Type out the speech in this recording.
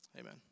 Amen